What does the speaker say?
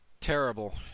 Terrible